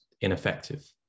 ineffective